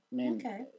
okay